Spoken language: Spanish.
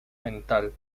mental